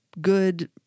good